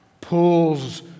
pulls